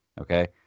okay